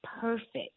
perfect